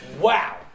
Wow